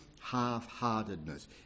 half-heartedness